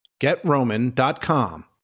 GetRoman.com